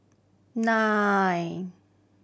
nine